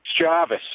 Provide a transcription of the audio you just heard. Jarvis